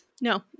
No